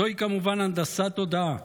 זוהי כמובן הנדסת תודעה.